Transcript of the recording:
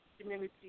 Community